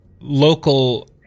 local